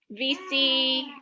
VC